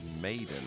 Maiden